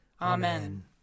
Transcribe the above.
Amen